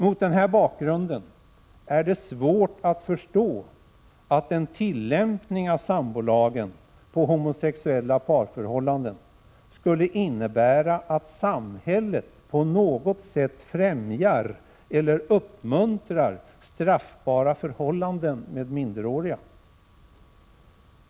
Mot den här bakgrunden är det svårt att förstå att en tillämpning av sambolagen på homosexuella parförhållanden skulle innebära att samhället på något sätt främjar eller uppmuntrar straffbara förhållanden med minderåriga.